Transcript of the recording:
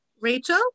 Rachel